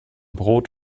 brot